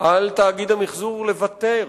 על תאגיד המיחזור לבטל